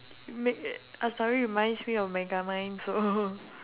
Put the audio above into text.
make a~ aslawi reminds me of megamind so